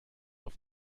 auf